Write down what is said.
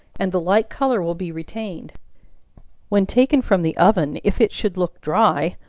and the light color will be retained when taken from the oven, if it should look dry,